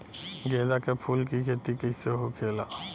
गेंदा के फूल की खेती कैसे होखेला?